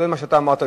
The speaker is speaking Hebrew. כולל מה שאתה אמרת,